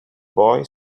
boy